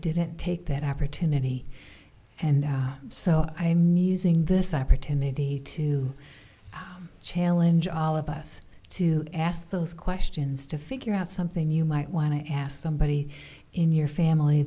didn't take that opportunity and so i mean using this opportunity to challenge all of us to ask those questions to figure out something you might want to ask somebody in your family